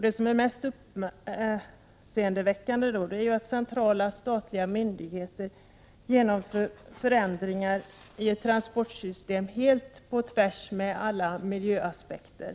Det som är mest uppseendeväckande är att centrala statliga myndigheter i detta transportsystem genomför förändringar som går helt på tvärs mot alla miljöaspekter.